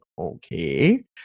okay